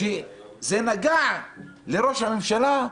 כשזה נגע לראש הממשלה,